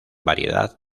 variedad